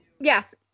Yes